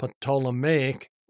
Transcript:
Ptolemaic